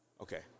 Okay